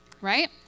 Right